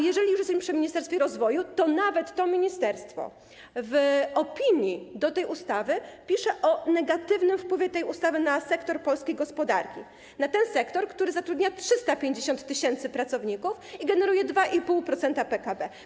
Jeżeli już jesteśmy przy Ministerstwie Rozwoju - nawet to ministerstwo w opinii do tej ustawy pisze o jej negatywnym wpływie na sektor polskiej gospodarki, na ten sektor, który zatrudnia 350 tys. pracowników i generuje 2,5% PKB.